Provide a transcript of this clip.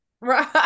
Right